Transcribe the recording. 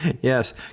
Yes